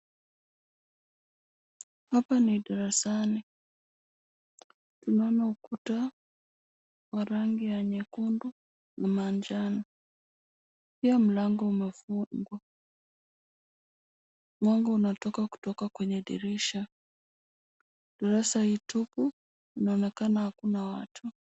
Hapa ni darasani naona ukuta wa rangi ya nyekudu na manjano. pia mlango umefungwa, mwanga unatoka kutoka kwenye dirisha. Darasha hii tupu inaonekana hakuna watu.